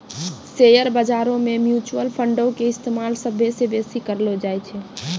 share बजारो मे mutual फंडो के इस्तेमाल सभ्भे से बेसी करलो जाय छै